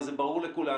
הרי זה ברור לכולם.